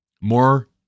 More